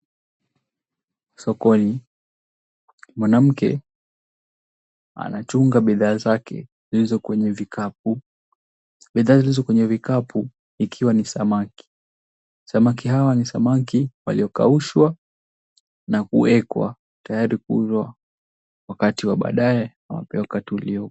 Sokoni, mwanamke anachunga bidhaa zake zilizo kwenye vikapu. Bidhaa zilizo kwenye vipaku ikiwa ni samaki. Samaki hawa ni samaki waliokaushwa na kuwekwa tayari kuuzwa wakati wa baadaye ama wakati uliopo.